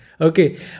Okay